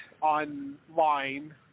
online